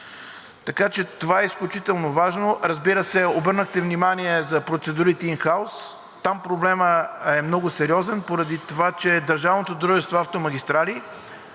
Така че това е изключително важно. Разбира се, обърнахте внимание за процедурите ин хаус. Там проблемът е много сериозен, поради това че държавното дружество „Автомагистрали“